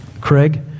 Craig